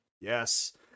Yes